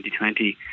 2020